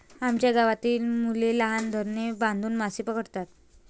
आमच्या गावातील मुले लहान धरणे बांधून मासे पकडतात